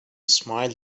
smile